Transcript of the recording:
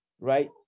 right